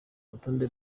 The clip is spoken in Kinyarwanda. urutonde